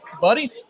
buddy